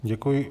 Děkuji.